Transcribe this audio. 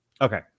okay